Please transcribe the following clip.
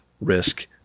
risk